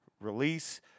release